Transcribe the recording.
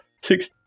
Six